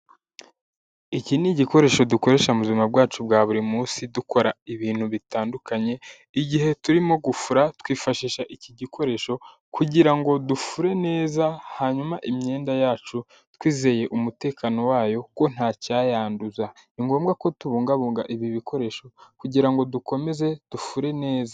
Iki ni igikoresho dukoresha mu buzima bwacu bwa buri munsi, dukora ibintu bitandukanye igihe turimo gufura twifashisha iki gikoresho kugira ngo dufure neza hanyuma imyenda yacu twizeye umutekano wayo ko ntacyayanduza. Ni ngombwa ko tubungabunga ibi bikoresho kugirango dukomeze dufure neza.